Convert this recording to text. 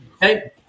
Hey